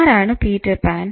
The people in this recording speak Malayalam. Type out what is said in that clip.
ആരാണ് പീറ്റർ പാൻ